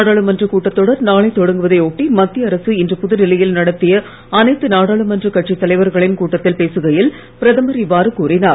நாடாளுமன்றக் கூட்டத் தொடர் நாளை தொடங்குவதை ஒட்டி மத்திய அரசு இன்று புதுடெல்லியில் நடத்திய அனைத்து நாடாளுமன்ற கட்சித் தலைவர்களின் கூட்டத்தில் பேசுகையில் பிரதமர் இவ்வாறு கூறினார்